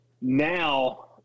Now